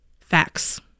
Facts